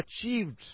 achieved